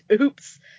Oops